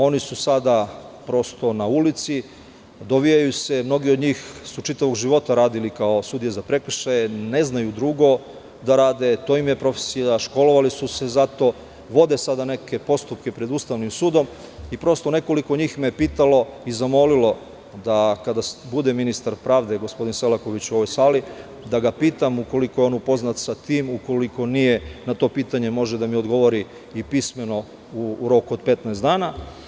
Oni su sada na ulici, dovijaju se, a mnogi od njih su čitavog života radili kao sudije za prekršaje, ne znaju drugo da rade, to im je profesija, školovali su se za to, vode neke postupke pred ustavnim sudom i prosto, nekoliko njih me je pitalo i zamolilo da, kada bude ministar pravde, gospodin Selaković u ovoj sali, da ga pitam, ukoliko je upoznat sa tim, ako nije, na to pitanje, može da mi odgovori i pismeno u roku od 15 dana.